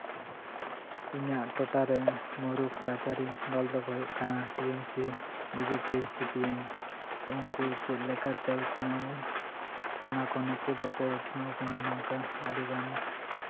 ᱤᱧᱟᱹᱜ ᱴᱚᱴᱟᱨᱮ ᱢᱩᱲᱩᱫ ᱫᱚᱞ ᱫᱚᱠᱚ ᱦᱩᱭᱩᱜ ᱠᱟᱱᱟ T M C B J P C P M ᱩᱱᱠᱩ ᱪᱮᱫ ᱞᱮᱠᱟᱛᱮ ᱩᱛᱱᱟᱹᱣ ᱠᱟᱱᱟ ᱠᱚ ᱱᱩᱠᱩ ᱫᱚᱠᱚ ᱩᱛᱱᱟᱹᱣ ᱠᱟᱱᱟ ᱱᱚᱝᱠᱟ ᱟᱹᱰᱤᱜᱟᱱ